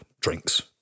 drinks